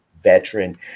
veteran